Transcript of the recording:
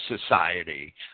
society